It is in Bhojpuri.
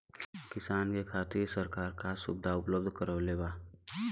किसान के खातिर सरकार का सुविधा उपलब्ध करवले बा?